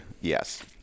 Yes